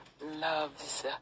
Love's